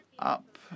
Up